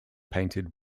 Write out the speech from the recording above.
painted